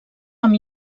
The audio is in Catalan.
amb